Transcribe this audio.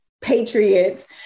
patriots